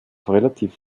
relativ